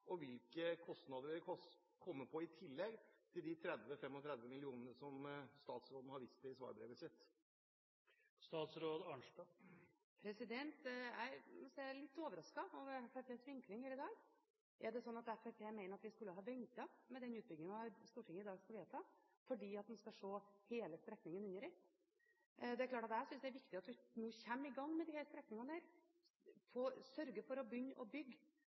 og hvilke kostnader vil komme på i tillegg til de 30–35 mill. kr som statsråden har vist til i svarbrevet sitt? Jeg må si jeg er litt overrasket over Fremskrittspartiets vinkling her i dag. Er det slik at Fremskrittspartiet mener at vi skulle ha ventet med den utbyggingen Stortinget i dag skal vedta, fordi vi skal se hele strekningen under ett? Det er klart at jeg synes det er viktig at vi kommer i gang med disse strekningene og sørger for å begynne å bygge